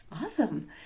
Awesome